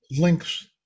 links